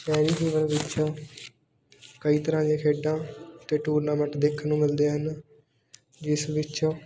ਵਿੱਚ ਕਈ ਤਰ੍ਹਾਂ ਦੀਆਂ ਖੇਡਾਂ ਅਤੇ ਟੂਰਨਾਮੈਂਟ ਦੇਖਣ ਨੂੰ ਮਿਲਦੇ ਹਨ ਜਿਸ ਵਿੱਚ